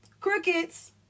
Crickets